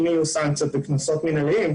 אם יהיו סנקציות וקנסות מנהליים?